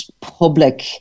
public